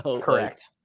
Correct